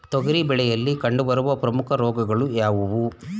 ತೊಗರಿ ಬೆಳೆಯಲ್ಲಿ ಕಂಡುಬರುವ ಪ್ರಮುಖ ರೋಗಗಳು ಯಾವುವು?